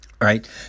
right